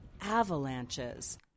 avalanches